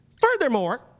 Furthermore